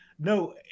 No